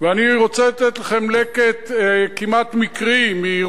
ואני רוצה לתת לכם לקט כמעט מקרי של